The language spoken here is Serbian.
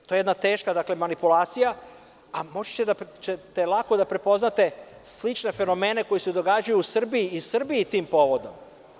To je jedna teška manipulacija, a moći ćete lako da prepoznate slične fenomene koji se događaju i u Srbiji tim povodom.